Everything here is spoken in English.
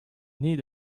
need